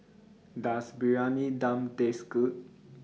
Does Briyani Dum Taste Good